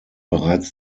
bereits